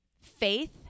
faith